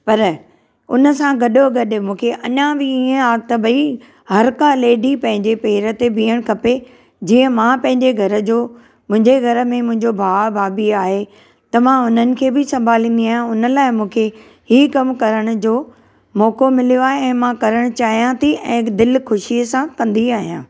पर हुन सां गॾोगॾु मूंखे अञां बि हीअ आदत पेई हर का लेडी पंहिंजे पैर ते बीहणु खपे जीअं मां पंहिंजे घरु जो मुंहिंजे घरु में मुंहिंजो भाउ भाभी आहे त मां हुननि खे बि संभालींदी आहियां हुन लाइ मूंखे ही कमु करणु जो मौक़ो मिल्यो आहे ऐ मां करणु चाहियां थी ऐं दिलि खु़शीअ सां कंदी आहियां